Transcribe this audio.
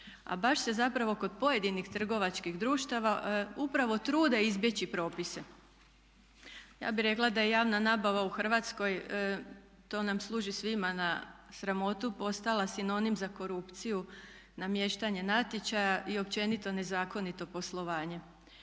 a baš se zapravo kod pojedinih trgovačkih društava upravo trude izbjeći propise. Ja bih rekla da je javna nabava u Hrvatskoj to nam služi svima na sramotu postala sinonim za korupciju, namještanje natječaja i općenito nezakonito poslovanje.